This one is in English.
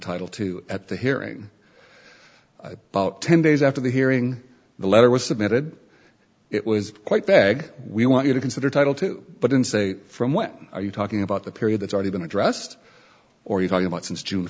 title two at the hearing about ten days after the hearing the letter was submitted it was quite begged we want you to consider title two but didn't say from what are you talking about the period that's already been addressed or are you talking about since june